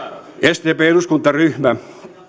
sdpn eduskuntaryhmä